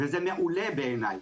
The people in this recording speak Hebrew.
וזה מעולה בעיניי.